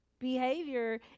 Behavior